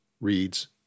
reads